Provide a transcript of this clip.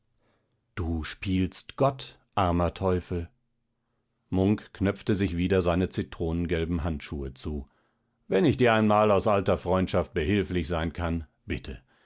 du spielst gott armer teufel munk knöpfte sich wieder seine zitronengelben handschuhe zu wenn ich dir einmal aus alter freundschaft behilflich sein kann bitte